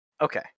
Okay